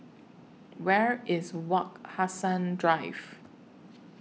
Where IS Wak Hassan Drive